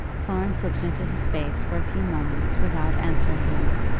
florence looked into his face for a few moments without answering him,